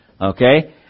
Okay